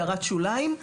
הערת שוליים,